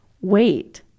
wait